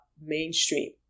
mainstream